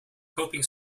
coping